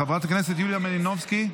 חברת הכנסת יוליה מלינובסקי,